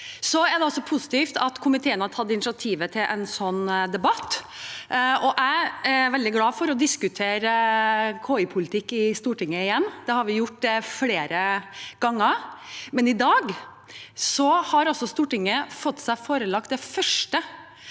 Det er også positivt at komiteen har tatt initiativet til en sånn debatt, og jeg er veldig glad for å diskutere KIpolitikk i Stortinget igjen. Det har vi gjort flere ganger, men i dag har Stortinget fått seg forelagt det første